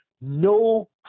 no